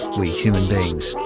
we human beings.